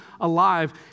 alive